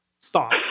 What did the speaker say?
Stop